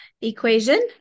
equation